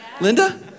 Linda